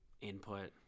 input